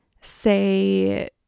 say